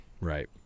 Right